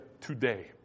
today